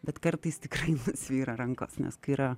bet kartais tikrai svyra rankos nes kai yra